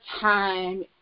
time